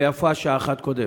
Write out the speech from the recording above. ויפה שעה אחת קודם.